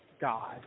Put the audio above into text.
God